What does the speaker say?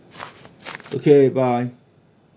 okay bye